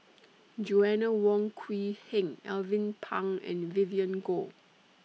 Joanna Wong Quee Heng Alvin Pang and Vivien Goh